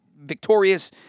victorious